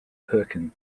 perkin